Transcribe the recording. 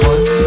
One